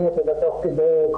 אני התעסקתי בקורונה,